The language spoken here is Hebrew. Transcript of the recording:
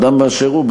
אדם באשר הוא,